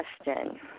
question